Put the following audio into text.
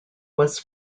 was